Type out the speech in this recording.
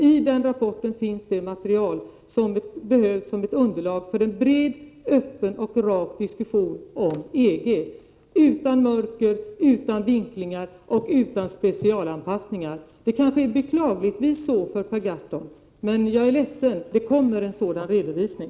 I den rapporten kommer att finnas det material som behövs som ett underlag för en bred, öppen och rak diskussion om EG, utan mörker, vinklingar och specialanpassningar. Kanske upplever Per Gahrton beklagligtvis att det är så — jag är ledsen för det. Men det kommer en sådan redovisning.